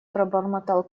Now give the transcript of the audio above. пробормотал